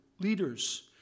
Leaders